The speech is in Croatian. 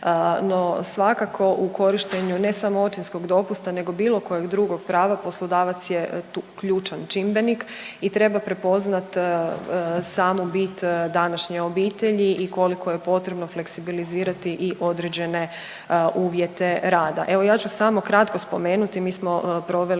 no svakako u korištenju, ne samo očinskog dopusta nego bilo kojeg drugog prava, poslodavac je tu ključan čimbenik i treba prepoznati samu bit današnje obitelji i koliko je potrebno fleksibilizirati i određene uvjete rada. Evo ja ću samo kratko spomenuti, mi smo proveli,